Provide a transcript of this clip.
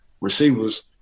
receivers